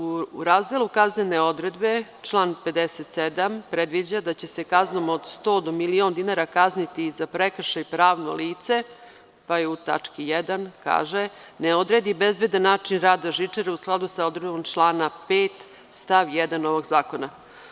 U Razdelu – kaznene odredbe, član 57. predviđa da će se kaznom od 100 do 1.000.000 dinara kazniti za prekršaj pravno lice, pa u tački 1) kaže: „ne odredi bezbedan način rada žičare“,u skladu sa odredbom člana 5. stav 1. ovog zakona.